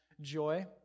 joy